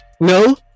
no